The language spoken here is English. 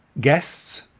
guests